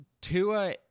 Tua